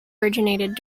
originated